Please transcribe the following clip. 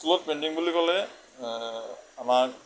স্কুলত পেইণ্টিং বুলি ক'লে আমাৰ